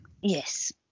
Yes